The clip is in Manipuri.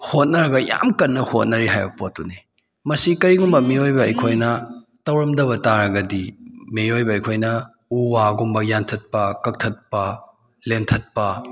ꯍꯣꯠꯅꯔꯒ ꯌꯥꯝ ꯀꯟꯅ ꯍꯣꯠꯅꯔꯤ ꯍꯥꯏꯕ ꯄꯣꯠꯇꯨꯅꯤ ꯃꯁꯤ ꯀꯔꯤꯒꯨꯝꯕ ꯃꯤꯑꯣꯏꯕ ꯑꯩꯈꯣꯏꯅ ꯇꯧꯔꯝꯗꯕ ꯇꯥꯔꯒꯗꯤ ꯃꯤꯑꯣꯏꯕ ꯑꯩꯈꯣꯏꯅ ꯎ ꯋꯥꯒꯨꯝꯕ ꯌꯥꯟꯊꯠꯄ ꯀꯛꯊꯠꯄ ꯂꯦꯟꯊꯠꯄ